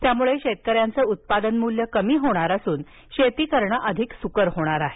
यामुळे शेतकऱ्यांचं उतपादन मूल्य कमी होणार असून शेती करणं अधिक सुकर होणार आहे